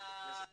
יש פה